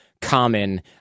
common